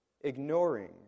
ignoring